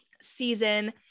season